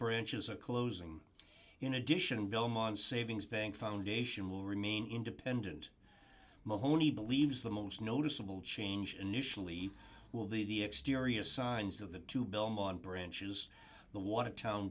branches are closing in addition belmont's savings bank foundation will remain independent monye believes the most noticeable change initially will be the exterior signs of the two belmont branches the watertown